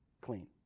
clean